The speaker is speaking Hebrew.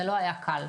זה לא היה קל.